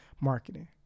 marketing